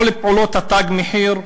כל פעולות "תג מחיר",